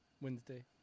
Wednesday